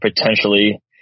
potentially